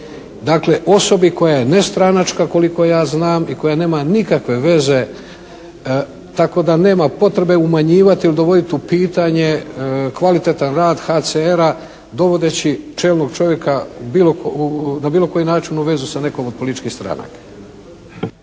Dakle osobi koja je nestranačka koliko ja znam i koja nema nikakve veze, tako da nema potrebe umanjivati ili dovoditi u pitanje kvalitetan rad HCR-a dovodeći čelnog čovjeka na bilo koji način u vezu sa nekom od političkih stranaka.